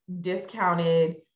discounted